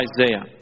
Isaiah